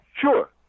sure